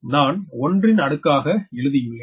நான் 1 ன் அடுக்காக எழுதியுள்ளேன்